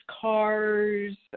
cars